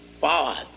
power